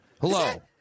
Hello